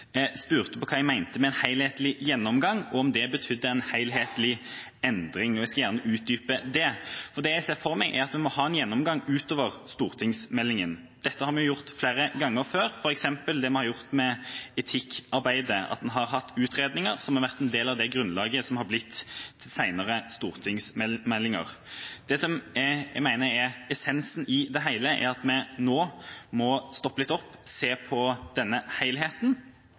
jeg mente med en helhetlig gjennomgang, og om det betydde en helhetlig endring. Jeg skal gjerne utdype det. Det jeg ser for meg, er at vi må ha en gjennomgang utover stortingsmeldingen. Det har vi gjort flere ganger før, f.eks. i forbindelse med etikkarbeidet, at en har hatt utredninger som har vært en del av det grunnlaget som har blitt senere stortingsmeldinger. Det som jeg mener er essensen i det hele, er at vi nå må stoppe litt opp, se på denne